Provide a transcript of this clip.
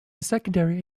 secondary